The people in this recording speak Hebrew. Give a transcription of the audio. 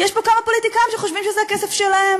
כי יש פה כמה פוליטיקאים שחושבים שזה הכסף שלהם.